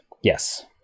Yes